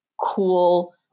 cool